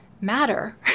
matter